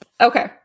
Okay